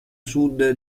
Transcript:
sud